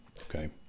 okay